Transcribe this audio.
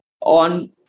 on